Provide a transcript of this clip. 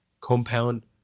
compound